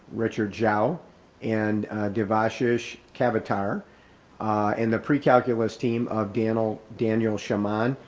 richard gel and devishis kevata. in the precalculus team of daniel daniel sheman,